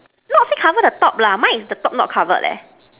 not say cover the top lah mine is the top not covered leh